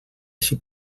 així